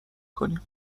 کنیم